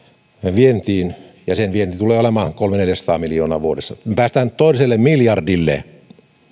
vientiin ja sen vienti tulee olemaan kolmesataa viiva neljäsataa miljoonaa vuodessa näin päästään toiselle miljardille